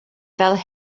fel